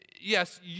yes